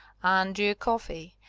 andrew coffey!